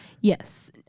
Yes